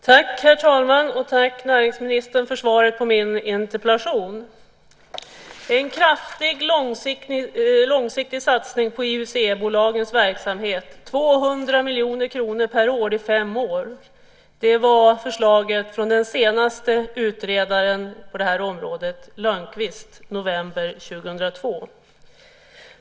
Herr talman! Tack, näringsministern, för svaret på min interpellation. En kraftig långsiktig satsning på IUC-bolagens verksamhet, 200 miljoner kronor per år i fem år, var förslaget från den senaste utredaren på det här området, Lönnqvist, i november 2002.